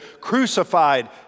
crucified